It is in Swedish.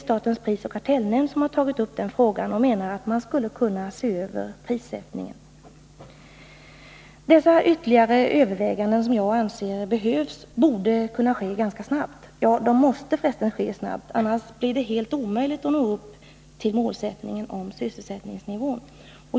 Statens prisoch kartellnämnd, som har tagit upp denna fråga, menar att man skulle kunna se över prissättningen. Nr 25 Dessa, enligt min mening, nödvändiga ytterligare överväganden borde Måndagen den kunna göras ganska snart — ja, de måste för resten göras snart. Annars blir det 17 november 1980 omöjligt att nå målet beträffande sysselsättningsnivån.